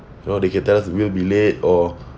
you know they can tell us we'll be late or